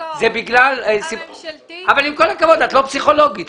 עם כל הכבוד, את לא פסיכולוגית.